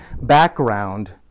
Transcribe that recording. background